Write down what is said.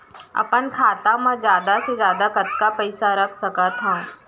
अपन खाता मा जादा से जादा कतका पइसा रख सकत हव?